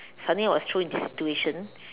suddenly I was thrown into this situation